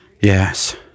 Yes